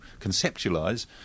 conceptualize